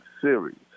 series